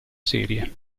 serie